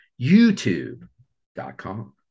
YouTube.com